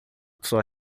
pessoas